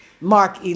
Mark